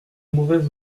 mauvaise